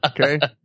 Okay